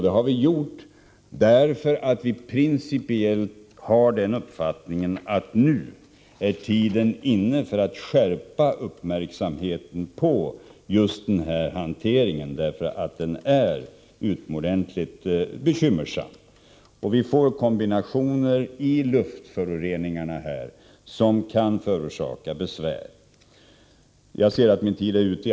Det har vi gjort därför att vi principiellt har den uppfattningen att tiden nu är inne för att skärpa uppmärksamheten på just den här hanteringen, därför att den är utomordentligt bekymmersam. Vi får kombinationer i luftföroreningar här som kan förorsaka besvär. Jag ser att min tid är ute.